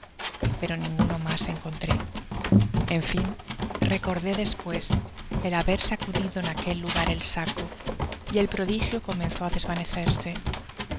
pero ninguno mas encontré en fin recordé despues el haber sacudido en aquel lugar el saco y el prodigio comenzó á desvanecerse